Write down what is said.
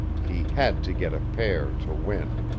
he had to get a pair to win.